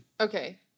Okay